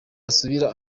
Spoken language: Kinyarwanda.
usubira